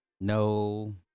No